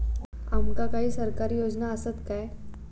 आमका काही सरकारी योजना आसत काय?